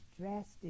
drastic